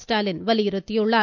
ஸ்டாலின் வலியுறுத்தியுள்ளார்